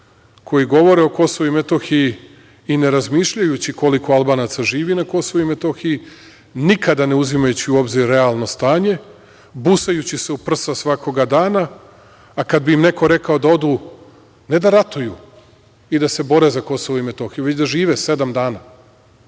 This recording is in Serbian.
koji govore o Kosovu i Metohiji i ne razmišljajući koliko Albanaca živi na Kosovu i Metohiji, nikada ne uzimajući u obzir realno stanje, busajući se u prsa svakoga dana, a kada bi im neko rekao da odu, ne da ratuju i da se bore za Kosovo i Metohiju, već da žive sedam dana,